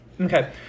okay